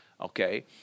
okay